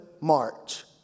march